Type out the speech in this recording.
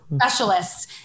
specialists